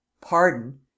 Pardon